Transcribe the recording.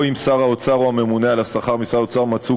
או אם שר האוצר או הממונה על השכר במשרד האוצר מצאו